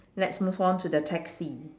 let's move on to the taxi